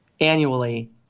annually